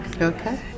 Okay